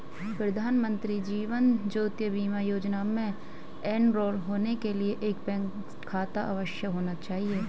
प्रधानमंत्री जीवन ज्योति बीमा योजना में एनरोल होने के लिए एक बैंक खाता अवश्य होना चाहिए